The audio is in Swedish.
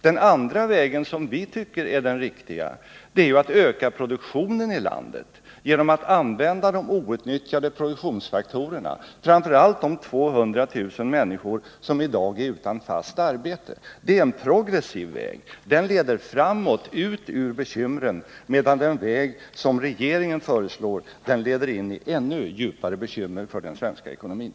Den andra vägen, som vi tycker är den riktiga, är att öka produktionen i landet genom att använda de outnyttjade produktionsfaktorerna, framför allt de 200 000 människor som i dag är utan fast arbete. Det är en progressiv väg. Den leder framåt, ut ur bekymren, medan den väg som regeringen föreslår leder in i ännu djupare bekymmer för den svenska ekonomin.